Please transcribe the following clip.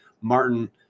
Martin